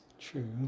True